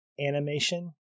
animation